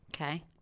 Okay